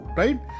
right